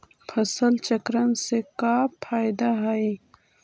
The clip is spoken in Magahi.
फसल चक्रण से का फ़ायदा हई?